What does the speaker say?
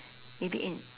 maybe in